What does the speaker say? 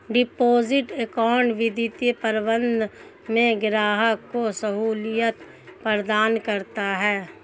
deposit account वित्तीय प्रबंधन में ग्राहक को सहूलियत प्रदान करता है